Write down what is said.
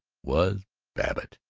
was babbitt.